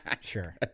sure